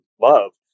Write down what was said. love